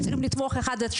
לגבי הקשר בינינו לבין